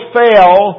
fell